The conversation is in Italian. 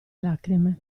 lacrime